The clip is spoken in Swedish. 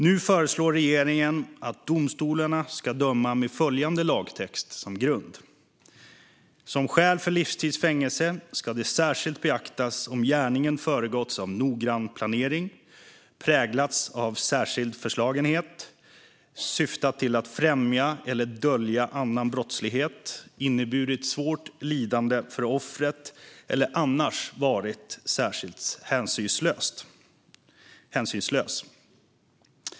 Nu föreslår regeringen att domstolarna ska döma med följande lagtext som grund: "Som skäl för livstids fängelse ska det särskilt beaktas om gärningen föregåtts av noggrann planering, präglats av särskild förslagenhet, syftat till att främja eller dölja annan brottslighet, inneburit svårt lidande för offret eller annars varit särskilt hänsynslös."